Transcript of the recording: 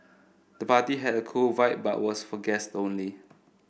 the party had a cool vibe but was for guests only